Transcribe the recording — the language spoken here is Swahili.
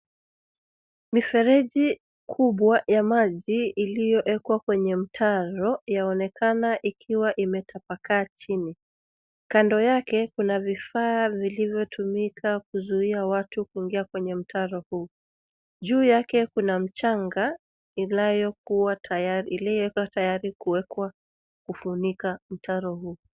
Mifereji kubwa ya maji iliyowekwa kwenye mtaro yaonekana ikiwa imetapaka chini. Kando yake kuna vifaa vilivyotumika kuzuia watu kuingia kwenye mtaro huu. Juu yake kuna mchanga iliyokuwa tayari kuwekwa kufunika mtaro huu.